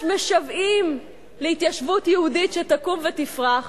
משוועים להתיישבות יהודית שתקום ותפרח,